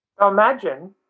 Imagine